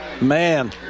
man